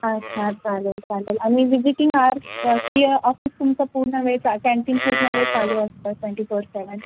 अच्छा चालेल चालेल आणि विजिटिंग आर्स की ऑफिस तुमचं पूर्ण वेळ चाल कॅन्टीन पूर्ण वेळ चालू असतं ट्वेंटी फोर सेवन